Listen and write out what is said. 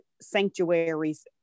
sanctuaries